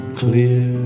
clear